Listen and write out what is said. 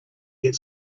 get